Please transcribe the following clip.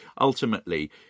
ultimately